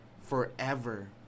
forever